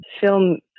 film